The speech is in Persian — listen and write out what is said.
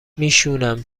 میشونم